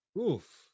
oof